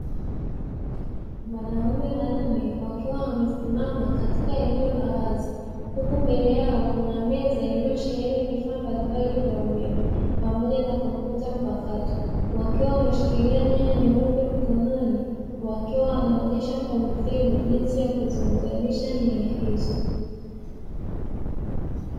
Wanaume wanne wakiwa wamesimama katika eneo la wazi, huku mbele yao kuna meza iliyosheheni vifaa mbalimbali vya umeme pamoja na kompyuta mpakato. Wakiwa wameshikilia nyaya nyeupe mkononi, wakiwa wanaoneshwa kwa vitendo jinsi ya kuziunganisha nyaya hizo.